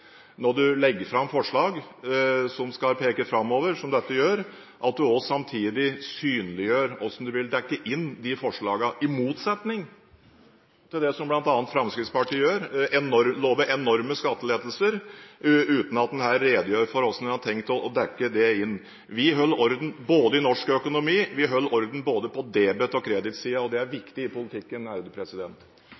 at man samtidig synliggjør hvordan man vil dekke inn de forslagene – i motsetning til det som bl.a. Fremskrittspartiet gjør: lover enorme skattelettelser uten at man redegjør for hvordan man har tenkt å dekke det inn. Vi holder orden i norsk økonomi, vi holder orden både på debet- og på kreditsiden, og det er